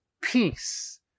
peace